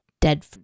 dead